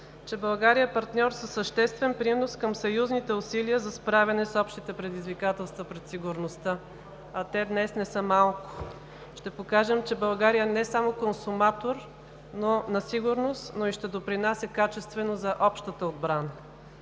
че България е партньор със съществен принос към съюзните усилия за справяне с общите предизвикателства пред сигурността, а те днес не са малко. Ще покажем, че България е не само консуматор на сигурност, но и ще допринася качествено за общата отбрана.